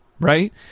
right